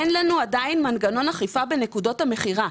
אין לנו עדיין מנגנון אכיפה בנקודות המכירה.